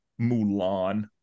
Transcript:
Mulan